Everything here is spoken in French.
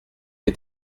est